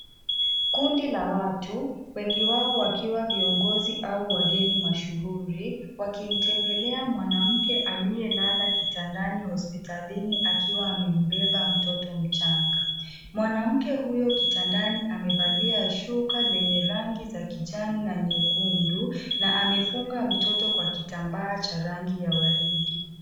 Kundi la watu, wengi wao wakiwa viongozi au wageni mashuhuri wakimtembelea mwanamke aliyelala kitandani hospitalini akiwa amembeba mtoto mchanga. Mwanamke huyu kitandani amevalia shuka lenye rangi za kijani na nyekundu na amefunga mtoto wa kitambaa cha rangi ya waridi.